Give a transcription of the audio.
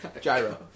Gyro